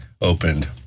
opened